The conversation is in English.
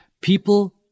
People